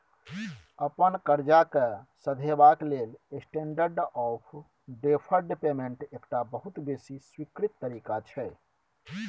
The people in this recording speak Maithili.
अपन करजा केँ सधेबाक लेल स्टेंडर्ड आँफ डेफर्ड पेमेंट एकटा बहुत बेसी स्वीकृत तरीका छै